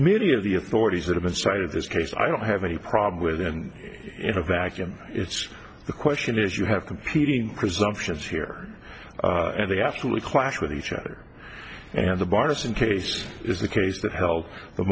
many of the authorities that have been cited this case i don't have any problem with and in a vacuum it's the question is you have competing presumptions here and they absolutely clash with each other and the bias in case is the case that held the